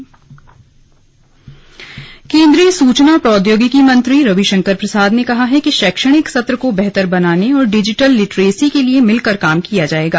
slug summit पहला दिन केन्द्रीय सूचना प्रोद्योगिकी मंत्री रवि शंकर प्रसाद ने कहा है कि शैक्षणिक सत्र को बेहतर बनाने और डिजिटल लिटरेसी के लिए मिलकर काम किया जाएगा